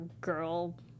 girl